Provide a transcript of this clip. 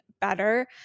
better